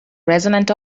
resonant